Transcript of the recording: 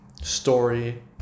story